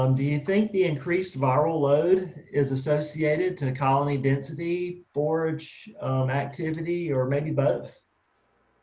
um do you think the increased viral load is associated to the colony density, forage activity or maybe both?